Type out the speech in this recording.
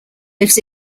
lives